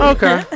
Okay